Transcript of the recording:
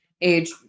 age